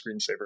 screensaver